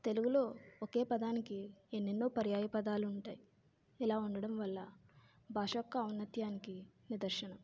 తెలుగులో ఒకే పదానికి ఎన్నెన్నో పర్యాయపదాలు ఉంటాయి ఇలా ఉండడం వల్ల భాష యొక్క ఔన్నత్యానికి నిదర్శనం